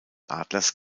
adlers